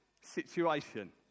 situation